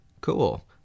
Cool